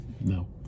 No